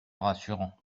rassurant